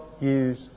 use